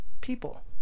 people